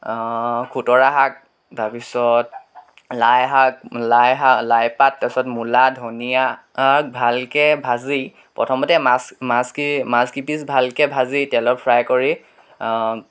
খুটৰা শাক তাৰপিছত লাই শাক লাই শা লাই পাত তাৰপিছত মূলা ধনিয়া ভালকৈ ভাজি প্ৰথমতে মাছ মাছকে মাছকেইপিচ ভালকৈ ভাজি তেলত ফ্ৰাই কৰি